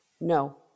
No